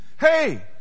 Hey